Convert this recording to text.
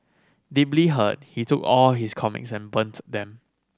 deeply hurt he took all his comics and burns them